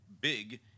big